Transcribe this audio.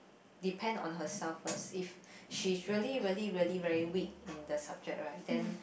depend on herself first if she's really really really very weak in the subject right then